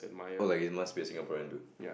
or like you must be a Singaporean dude